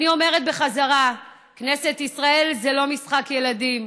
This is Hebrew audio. אני אומרת בחזרה: כנסת ישראל זה לא משחק ילדים.